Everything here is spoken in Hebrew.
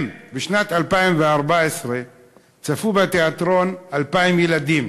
בשנת 2014 צפו בתיאטרון 2,000 ילדים